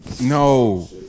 No